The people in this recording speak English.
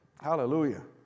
Hallelujah